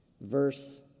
verse